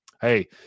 Hey